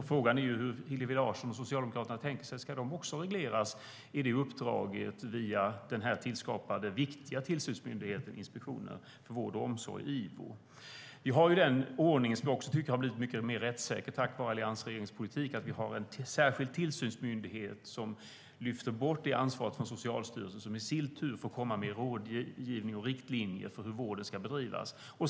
Frågan är hur Hillevi Larsson och Socialdemokraterna har tänkt sig detta. Ska de också regleras i uppdraget via den tillskapade och viktiga tillsynsmyndigheten Inspektionen för vård och omsorg, Ivo? Vi har en ordning som jag tycker har blivit mycket mer rättssäker tack vare alliansregeringens politik: Vi har en särskild tillsynsmyndighet som lyfter bort detta ansvar från Socialstyrelsen, som i sin tur får komma med rådgivning och riktlinjer för hur vården ska bedrivas.